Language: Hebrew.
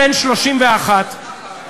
בן 31,